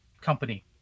company